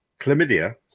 Chlamydia